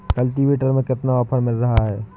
Cultivator में कितना offer मिल रहा है?